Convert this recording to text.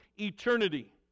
eternity